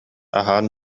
аһаан